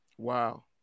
Wow